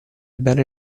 bene